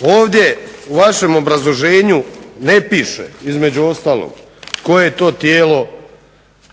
Ovdje u vašem obrazloženju ne piše između ostalog koje to tijelo,